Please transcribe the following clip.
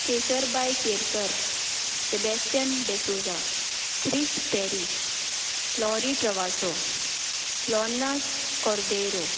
Kesarbai Kerkar Sebastian D'Souza Chris Perry Lorry Travasso Lorna Cordeiro